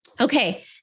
Okay